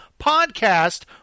Podcast